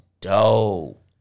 dope